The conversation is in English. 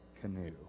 canoe